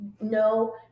No